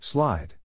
Slide